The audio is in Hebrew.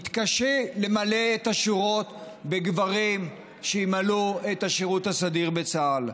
היא מתקשה למלא את השורות בגברים שימלאו את השירות הסדיר בצה"ל,